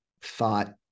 thought